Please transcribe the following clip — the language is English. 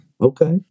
Okay